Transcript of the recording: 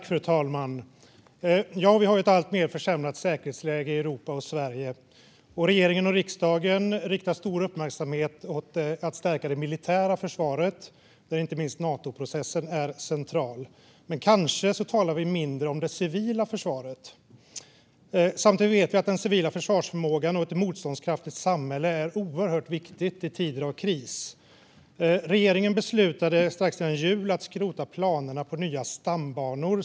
Fru talman! Vi har ett alltmer försämrat säkerhetsläge i Europa och Sverige. Regeringen och riksdagen riktar stor uppmärksamhet åt att stärka det militära försvaret. Inte minst Natoprocessen är central. Kanske talar vi mindre om det civila försvaret. Samtidigt vet vi att den civila försvarsförmågan och ett motståndskraftigt samhälle är oerhört viktiga i tider av kris. Regeringen beslutade strax före jul att skrota planerna på nya stambanor.